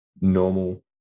normal